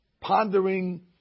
pondering